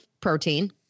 protein